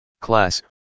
Class